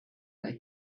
but